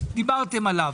דיברתם עליו.